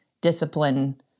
discipline